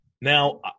Now